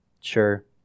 Sure